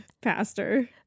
pastor